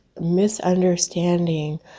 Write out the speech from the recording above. misunderstanding